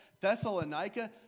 Thessalonica